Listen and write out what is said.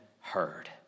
heard